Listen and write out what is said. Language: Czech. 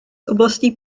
oblastí